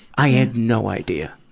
i had no idea.